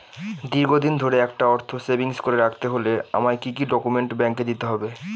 দীর্ঘদিন ধরে একটা অর্থ সেভিংস করে রাখতে হলে আমায় কি কি ডক্যুমেন্ট ব্যাংকে দিতে হবে?